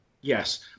Yes